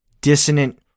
dissonant